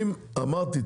אמרתי,